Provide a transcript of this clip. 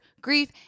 grief